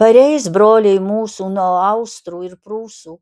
pareis broliai mūsų nuo austrų ir prūsų